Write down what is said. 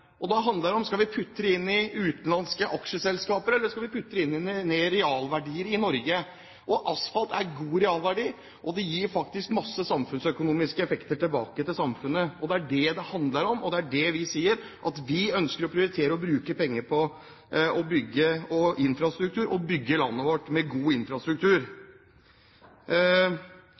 Da handler det om vi skal putte dem inn i utenlandske aksjeselskaper, eller om vi skal putte dem inn i realverdier i Norge. Asfalt er god realverdi, og det gir faktisk masse økonomiske effekter tilbake samfunnet. Det er det det handler om, og vi sier at vi ønsker å prioritere å bruke penger på infrastruktur og bygge landet vårt med god infrastruktur.